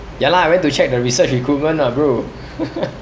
ya lah I went to check the research recruitment ah bro